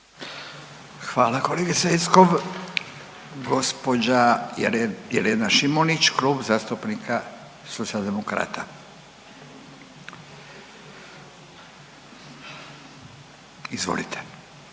Hvala kolegice Jeckov. Gospođa Irena Šimunić, Klub zastupnika Socijaldemokrata. Izvolite.